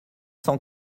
cent